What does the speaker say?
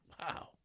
Wow